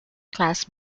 class